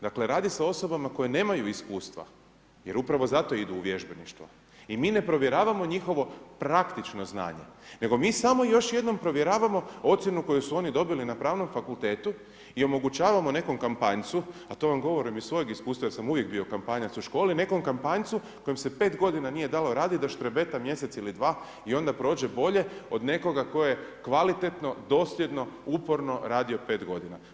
Dakle, radi se o osobama koje nemaju iskustva jer upravo zato idu u vježbeništvo i mi ne provjeravamo njihovo praktično znanje nego mi samo još jednom provjeravamo ocjenu koju su oni dobili na pravnog fakultetu i omogućavamo nekom kampanjcu, a to vam govorim iz svojeg iskustva jer sam uvijek bio kampanjac u školi, nekom kampanjcu kojem se 5 godina nije dalo raditi da štrebeta mjesec ili dva i onda prođe bolje od nekoga tko je kvalitetno, dosljedno, uporno radio 5 godina.